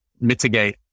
mitigate